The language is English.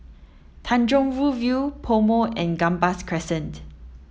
Tanjong Rhu View PoMo and Gambas Crescent